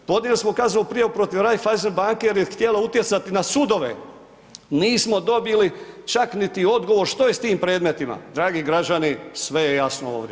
Podnijeli smo kaznenu prijavu protiv Raiffeisen banke jer je htjela utjecati na sudove, nismo dobili čak niti odgovor što je s tim predmetima, dragi građani, sve je jasno ovdje.